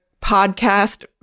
podcast